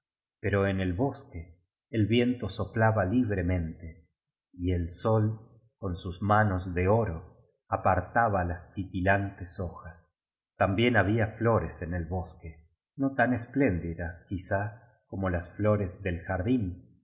pero en el bosque el viento bo piaba libremente y el sol con sus manos de oro apartaba las titilantes hojas también había flores en el bosque no tan espléndidas quizá como las flores del jardín